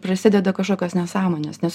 prasideda kašokios nesąmonės nes